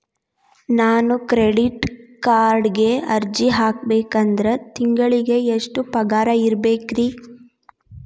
ನಾನು ಕ್ರೆಡಿಟ್ ಕಾರ್ಡ್ಗೆ ಅರ್ಜಿ ಹಾಕ್ಬೇಕಂದ್ರ ತಿಂಗಳಿಗೆ ಎಷ್ಟ ಪಗಾರ್ ಇರ್ಬೆಕ್ರಿ?